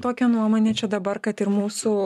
tokią nuomonę čia dabar kad ir mūsų